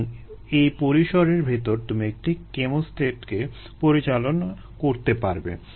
সুতরাং এই পরিসরের ভেতর তুমি একটি ক্যামোস্টেটকে পরিচালনা করতে পারবে